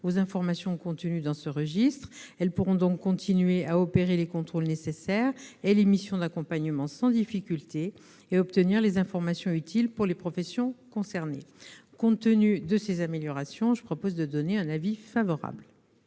aux informations contenues dans ce registre. Elles pourront donc continuer à opérer les contrôles nécessaires et les missions d'accompagnement sans difficulté, et obtenir les informations utiles pour les professions concernées. Compte tenu de ces améliorations, je propose de donner un avis favorable